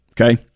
Okay